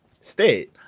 stay